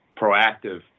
proactive